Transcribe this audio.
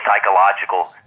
psychological